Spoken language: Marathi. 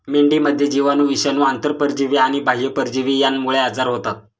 मेंढीमध्ये जीवाणू, विषाणू, आंतरपरजीवी आणि बाह्य परजीवी यांमुळे आजार होतात